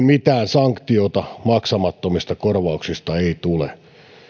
mitään sanktiota maksamattomista korvauksista ei tule